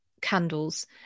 candles